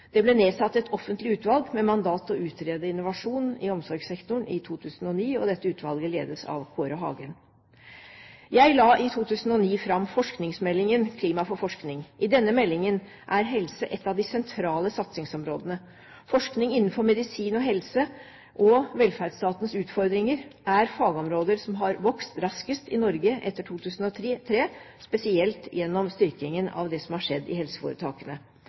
Det ble nedsatt et offentlig utvalg med mandat til å utrede innovasjon i omsorgssektoren i 2009. Dette utvalget ledes av Kåre Hagen. Jeg la i 2009 fram forskningsmeldingen Klima for forskning. I denne meldingen er helse et av de sentrale satsingsområdene. Forskning innenfor medisin og helse og velferdsstatens utfordringer er fagområder som har vokst raskest i Norge etter 2003, spesielt gjennom styrkingen av det som har skjedd i helseforetakene.